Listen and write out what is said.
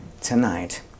tonight